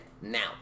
now